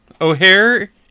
O'Hare